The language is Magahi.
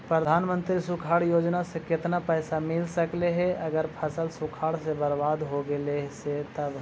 प्रधानमंत्री सुखाड़ योजना से केतना पैसा मिल सकले हे अगर फसल सुखाड़ से बर्बाद हो गेले से तब?